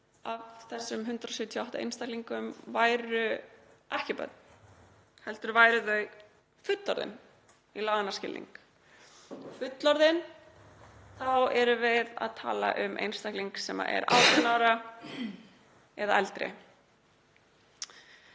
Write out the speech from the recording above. af þessum 178 einstaklingum væru ekki börn heldur væru þau fullorðin í laganna skilningi. Fullorðinn, þá erum við að tala um einstakling sem er 18 ára eða eldri,